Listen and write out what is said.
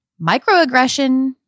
Microaggression